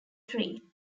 tree